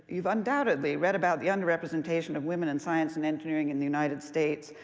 you've undoubtedly read about the under-representation of women in science and engineering in the united states,